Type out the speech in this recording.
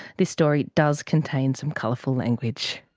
this story does contain some colourful language.